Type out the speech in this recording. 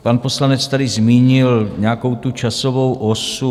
Pan poslanec tady zmínil nějakou časovou osu.